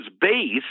base